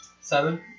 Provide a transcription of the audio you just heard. Seven